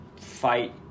fight